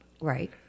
right